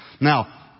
Now